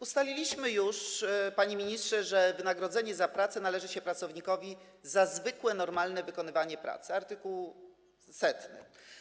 Ustaliliśmy już, panie ministrze, że wynagrodzenie za pracę należy się pracownikowi za zwykłe, normalne wykonywanie pracy - art. 100.